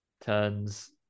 turns